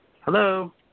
Hello